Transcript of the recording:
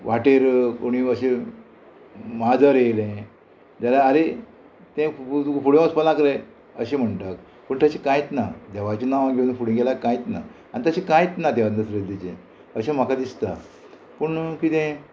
वाटेर कोणीय अशें माजर येयलें जाल्यार आरे तें फुडें वचपाक लागलें अशें म्हणटात पूण तशें कांयत ना देवाचें नांव घेवन फुडें गेल्यार कांयत ना आनी तशें कांयच ना देवान श्रद्दीचें अशें म्हाका दिसता पूण किदें